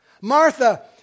Martha